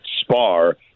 spar